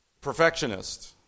Perfectionist